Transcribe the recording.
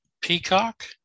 Peacock